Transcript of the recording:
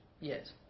Yes